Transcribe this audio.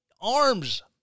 arms